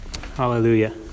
Hallelujah